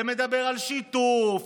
ומדבר על שיתוף,